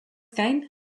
gain